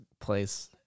place